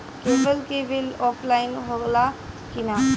Cable के bill offline होला कि ना?